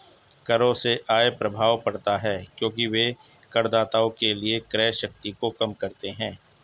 करों से आय प्रभाव पड़ता है क्योंकि वे करदाताओं के लिए क्रय शक्ति को कम करते हैं